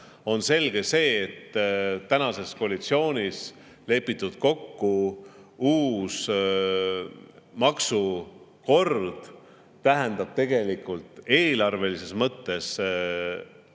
on selge see, et tänases koalitsioonis kokku lepitud uus maksukord tähendab tegelikult eelarve mõttes